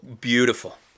beautiful